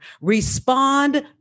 Respond